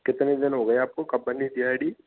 कितने दिन हो गए आपको कब बनी थी आईडी